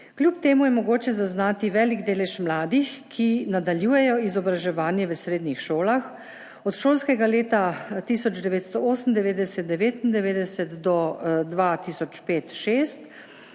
Kljub temu je mogoče zaznati velik delež mladih, ki nadaljujejo izobraževanje v srednjih šolah. Od šolskega leta 1998/99 do 2005/06